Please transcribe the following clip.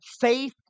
faith